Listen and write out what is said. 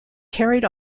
carried